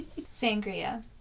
Sangria